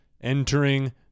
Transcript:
entering